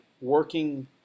working